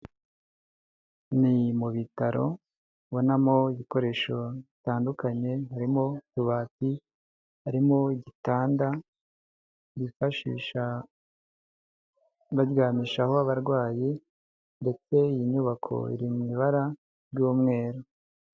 Ni mu bitaro, ubonamo ibikoresho bitandukanye harimo utubati, harimo igitanda, bifashisha baryamishaho abarwayi ndetse iyi nyubako iri mu ibara ry'umweru.